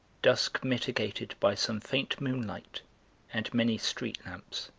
dusk mitigated by some faint moonlight and many street lamps.